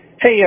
Hey